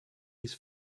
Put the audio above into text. his